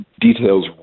details